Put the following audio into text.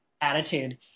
attitude